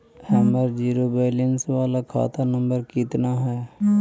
हमर zero balance बाला खाता नम्बर कितना है?